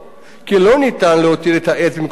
כי לא ניתן להותיר את העץ במקומו,